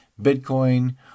Bitcoin